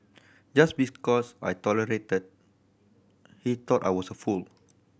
just because I tolerated he thought I was a fool